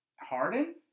Harden